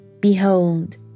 Behold